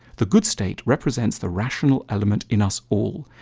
the good state represents the rational element in us all.